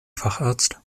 facharzt